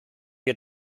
wir